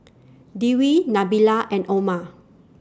Dewi Nabila and Omar